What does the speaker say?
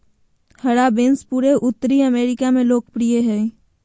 हरा बीन्स पूरे उत्तरी अमेरिका में लोकप्रिय हइ